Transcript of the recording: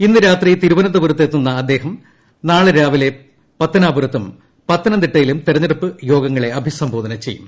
ഇന്ന് രാത്രി തിരുപ്നന്തപുരത്ത് എത്തുന്ന അദ്ദേഹം നാളെ രാവിലെ പത്തനിപ്പു്രത്തും പത്തനംതിട്ടയിലും തെരഞ്ഞെടുപ്പ് യോഗങ്ങളെ അഭിസംബോധ ചെയ്യും